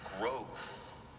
growth